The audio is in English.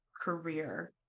career